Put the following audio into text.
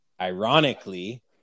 ironically